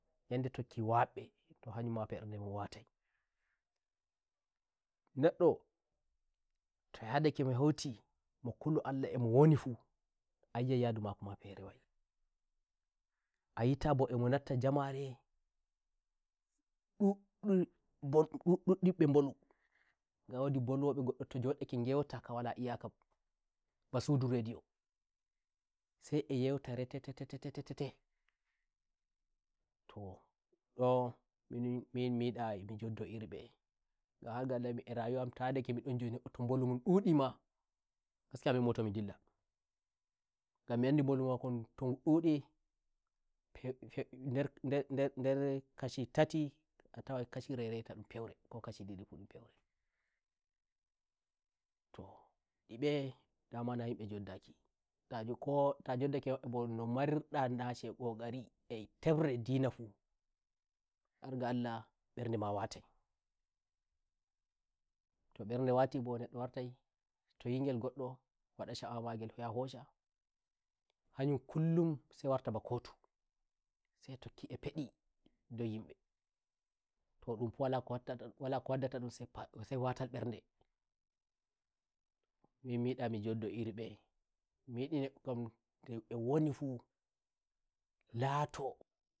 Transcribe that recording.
njodde tokki wabbeto hayum ma mberde mun wataineddo to myadake mo heuti mk kulo Allah e mo woni fuayi ai yadumako ma fere wa'ia yita mbo emo natta njamare"ndu ndu ndubbe ndonu"gan wodi mbolwobe ngoddo to njodake mbolwo ka wala iyakaba sudu radiosai eh nyeuta retetetetetehtoh min mi nyida mi njoddo iri mbe'engan har ga Allah min e rayuwa amto yadake mi don njodi neddi to mbolumun ndudi magaskiya mi ummoto mi ndillangam mi andi mbolu mako ngu togu ndudi"pepe nde nder nderr kashi" tati a tawai kashire reta ndum feuro ko kashi ndidifu ndum feuretoh e mbedama na nyimbe njoddakito njoddake a mabbe mbo no marirda naci eh tefre eh dina fuhar ga Allah mberde ma wataito mberde wati mbe neddo wartaito mberde wati mbe neddo wartai toyi ngel ngoddowada sha'awa magel yaha hoshahanjum kullum sai warta ba kotusai e tokki e fedidau nyimbeto ndum fu wala ko waddata ndum sai watal mberdemin mi nyida mi ngoddo iri mbemi nyidi neddo kam e woni fu lato